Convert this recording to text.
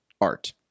art